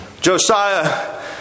Josiah